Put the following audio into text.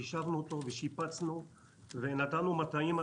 יישבנו אותו ושיפצנו ונטענו מטעים.